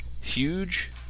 huge